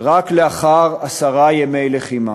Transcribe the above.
רק לאחר עשרה ימי לחימה,